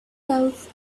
thought